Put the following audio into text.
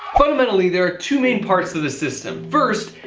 fundamentally, there are two main parts to this system. first,